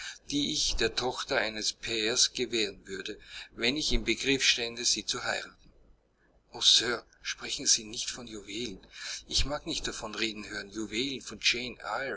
die ich der tochter eines pairs gewähren würde wenn ich im begriffe stände sie zu heiraten o sir sprechen sie nicht von juwelen ich mag nicht davon reden hören